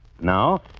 Now